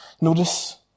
Notice